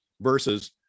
versus